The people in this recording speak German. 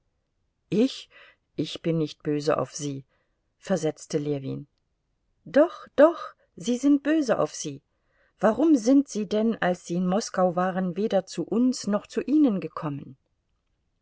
ich ich bin nicht böse auf sie versetzte ljewin doch doch sie sind böse auf sie warum sind sie denn als sie in moskau waren weder zu uns noch zu ihnen gekommen